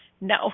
no